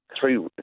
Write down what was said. three